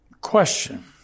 Question